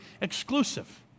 exclusive